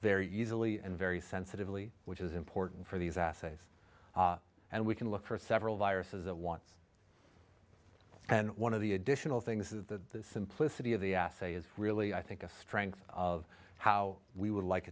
very easily and very sensitively which is important for these asses and we can look for several viruses at once and one of the additional things is the simplicity of the essay is really i think a strength of how we would like